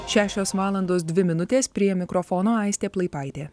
šešios valandos dvi minutės prie mikrofono aistė plaipaitė